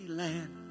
land